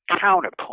Counterpoint